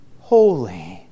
holy